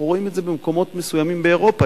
אנחנו רואים את זה במקומות מסוימים באירופה,